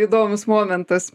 įdomus momentas